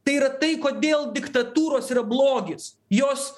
tai yra tai kodėl diktatūros yra blogis jos